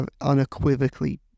unequivocally